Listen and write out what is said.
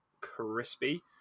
crispy